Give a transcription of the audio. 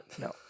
No